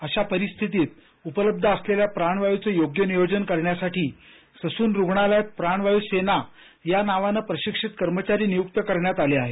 अशा परिस्थितीत उपलब्ध असलेल्या प्राणवायूचं योग्य नियोजन करण्यासाठी ससून रुग्णालयात प्राणवायू सेना या नावानं प्रशिक्षित कर्मचारी नियूक्त करण्यात आले आहे